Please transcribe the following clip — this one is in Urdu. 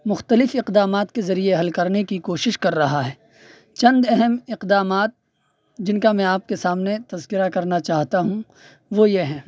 مختلف اقدامات کے ذریعے حل کرنے کی کوشش کر رہا ہے چند اہم اقدامات جن کا میں آپ کے سامنے تذکرہ کرنا چاہتا ہوں وہ یہ ہیں